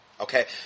Okay